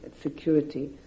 Security